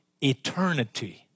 eternity